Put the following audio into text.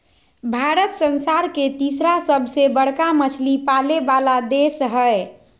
भारत संसार के तिसरा सबसे बडका मछली पाले वाला देश हइ